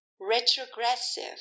retrogressive